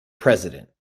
president